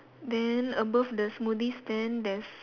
then above the smoothie stand there's